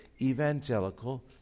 evangelical